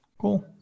cool